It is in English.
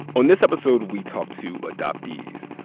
on this episode we talked to adoptees.